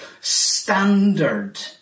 standard